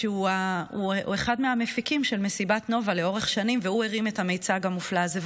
שהוא אחד המפיקים של מסיבת נובה לאורך שנים והרים את המיצג המופלא הזה,